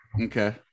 okay